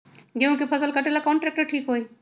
गेहूं के फसल कटेला कौन ट्रैक्टर ठीक होई?